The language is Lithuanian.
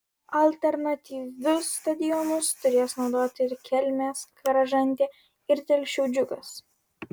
alternatyvius stadionus turės naudoti ir kelmės kražantė ir telšių džiugas